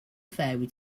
fairy